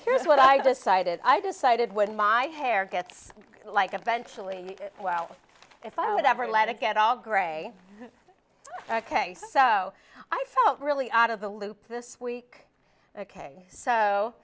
here's what i decided i decided when my hair gets like eventually well if i would ever let it get all gray ok so i felt really out of the loop this week ok